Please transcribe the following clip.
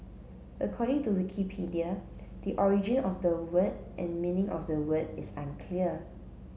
according to Wikipedia the origin of the word and meaning of the word is unclear